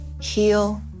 heal